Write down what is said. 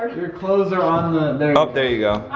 your clothes are on the, there you go.